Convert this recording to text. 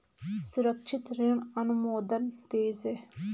सुरक्षित ऋण अनुमोदन तेज है